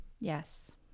yes